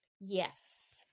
Yes